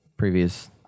previous